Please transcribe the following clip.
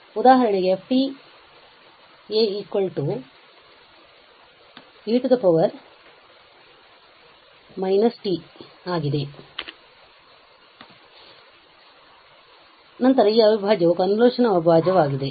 ಆದ್ದರಿಂದ ಉದಾಹರಣೆಗೆ f a e −t ಗೆ ಸಮನಾಗಿದೆ ಮತ್ತು ನಂತರ ಈ ಅವಿಭಾಜ್ಯವು ಕನ್ವೊಲ್ಯೂಶನ್ ಅವಿಭಾಜ್ಯವಾಗಿದೆ